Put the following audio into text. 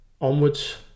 onwards